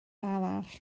arall